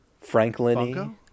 franklin